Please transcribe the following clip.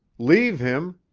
leave him?